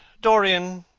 dorian,